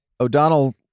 O'Donnell